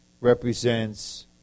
represents